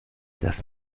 das